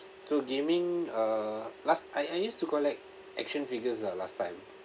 so gaming uh last I I used to collect action figures lah last time